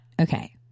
okay